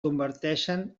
converteixen